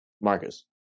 Marcus